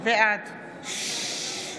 בעד